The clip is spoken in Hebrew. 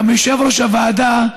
גם יושב-ראש הוועדה,